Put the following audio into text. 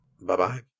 Bye-bye